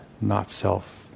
not-self